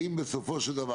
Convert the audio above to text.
בשמחה.